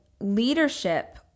leadership